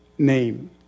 name